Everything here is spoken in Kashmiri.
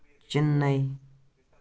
چِناے